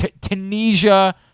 Tunisia